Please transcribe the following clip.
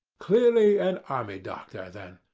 clearly an army doctor, then.